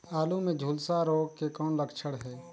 आलू मे झुलसा रोग के कौन लक्षण हे?